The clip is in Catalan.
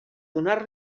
donar